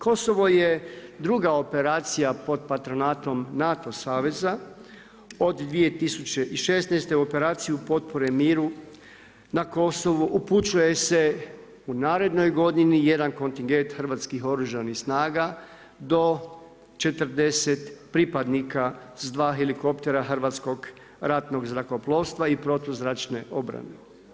Kosovo je druga operacija pod patronatom NATO saveza od 2016. u operaciju potpore miru na Kosovu upućuje se u narednoj godini jedan kontingent Hrvatskih oružanih snaga do 40 pripadnika s dva helikoptera Hrvatskog ratnog zrakoplovstva i protuzračne obrane.